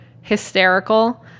hysterical